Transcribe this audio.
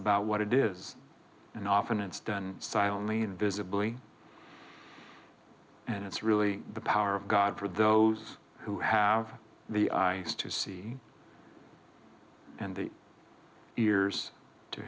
about what it is and often it's done silently invisibly and it's really the power of god for those who have the ice to see and the ears to